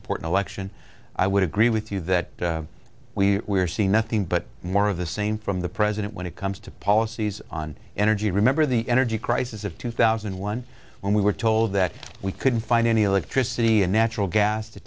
important election i would agree with you that we see nothing but more of the same from the president when it comes to policies on energy remember the energy crisis of two thousand and one when we were told that we couldn't find any electricity and natural gas to